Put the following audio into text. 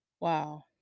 Wow